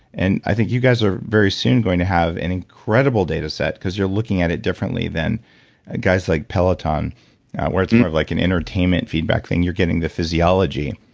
and i think you guys are very soon going to have an incredible data set, because you're looking at it differently than guys like peloton where it's like an entertainment feedback thing, you're getting the physiology.